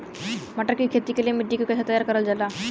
मटर की खेती के लिए मिट्टी के कैसे तैयार करल जाला?